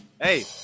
Hey